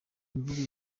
imvugo